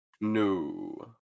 No